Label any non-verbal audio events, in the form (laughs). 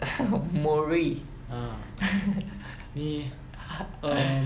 (laughs) மொழி:mozhi (laughs)